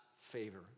favor